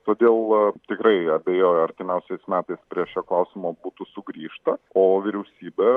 todėl tikrai abejoju artimiausiais metais prie šio klausimo būtų sugrįžta o vyriausybė